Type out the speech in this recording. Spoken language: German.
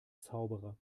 zauberer